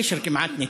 הקשר כמעט ניתק.